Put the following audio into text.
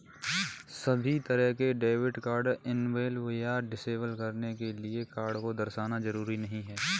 सभी तरह के डेबिट कार्ड इनेबल या डिसेबल करने के लिये कार्ड को दर्शाना जरूरी नहीं है